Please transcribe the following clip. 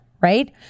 right